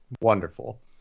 wonderful